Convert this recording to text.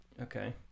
Okay